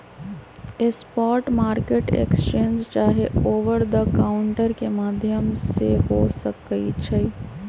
spot market exchange चाहे over the counter के माध्यम से हो सकइ छइ